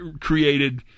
created